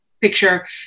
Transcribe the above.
picture